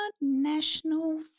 National